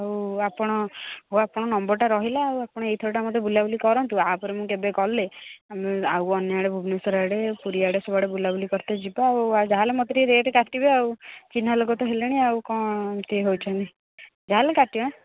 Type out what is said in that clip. ହଉ ଆପଣ ହଉ ଆପଣଙ୍କ ନମ୍ବରଟା ରହିଲା ଆଉ ଆପଣ ଏଇ ଥରକଟା ମୋତେ ବୁଲାବୁଲି କରନ୍ତୁ ଆ ପରେ ମୁଁ କେବେ ଗଲେ ମୁଁ ଆଉ ଅନ୍ୟଆଡ଼େ ଭୁବନେଶ୍ୱର ଆଡ଼େ ପୁରୀ ଆଡ଼େ ସବୁଆଡ଼େ ବୁଲାବୁଲି କରିତେ ଯିବା ଆଉ ଯାହା ହେଲେ ମୋତେ ଟିକେ ରେଟ୍ କାଟିବେ ଆଉ ଚିହ୍ନା ଲୋକ ତ ହେଲେଣି ଆଉ କ'ଣ ଏମିତି ହେଉଛନ୍ତି ଯାହା ହେଲେ କାଟିବେ